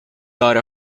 got